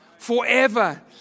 forever